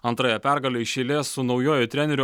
antrąją pergalę iš eilės su naujuoju treneriu